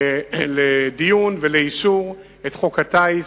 לדיון ולאישור חוק הטיס.